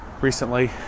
recently